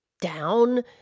down